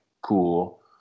cool